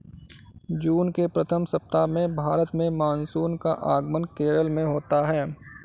जून के प्रथम सप्ताह में भारत में मानसून का आगमन केरल में होता है